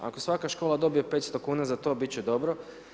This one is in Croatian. Ako svaka škola dobije 500 kuna za to biti će dobro.